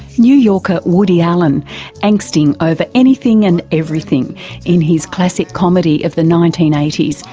new yorker woody allen angsting over anything and everything in his classic comedy of the nineteen eighty s,